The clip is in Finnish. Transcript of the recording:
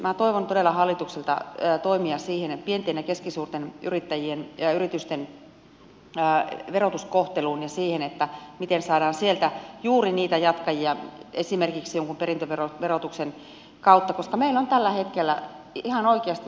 minä toivon todella hallitukselta toimia pienten ja keskisuurten yrittäjien ja yritysten verotuskohteluun ja siihen miten saadaan sieltä juuri niitä jatkajia esimerkiksi jonkun perintöverotuksen kautta koska meillä on tällä hetkellä ihan oikeasti työnantajapula